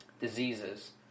Diseases